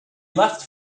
left